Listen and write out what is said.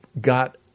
got